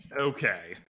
okay